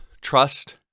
trust